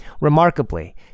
Remarkably